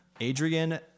Adrian